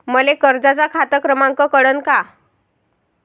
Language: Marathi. मले कर्जाचा खात क्रमांक कळन का?